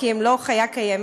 כי הן לא חיה קיימת,